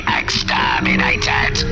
exterminated